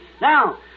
Now